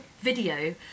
video